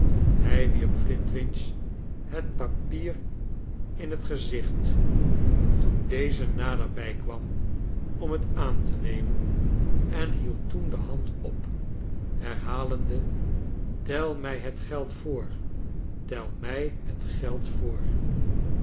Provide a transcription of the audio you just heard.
hij wierp flintwinoh het papier in itet gezicht toen deze naderbij kwam om het aan te nemen en hield toen de hand op herhalende tel mij het geld voor tel mij het geld voor